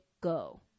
go